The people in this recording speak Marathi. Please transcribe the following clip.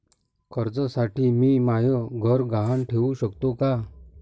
कर्जसाठी मी म्हाय घर गहान ठेवू सकतो का